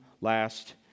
last